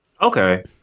okay